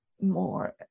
more